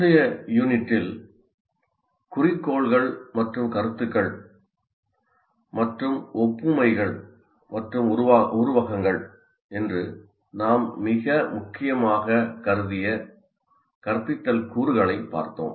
முந்தைய யூனிட்டில் 'குறிக்கோள்கள் மற்றும் கருத்துக்கள்' மற்றும் 'ஒப்புமைகள் மற்றும் உருவகங்கள்' என்று நாம் மிக முக்கியமான கருதிய கற்பித்தல் கூறுகளைப் பார்த்தோம்